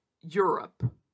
Europe